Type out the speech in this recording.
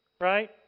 right